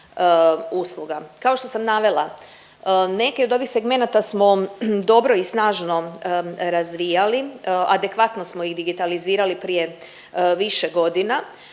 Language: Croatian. Kao što sam navela neke od ovih segmenata smo dobro i snažno razvijali, adekvatno smo ih digitalizirali prije više godina